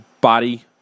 body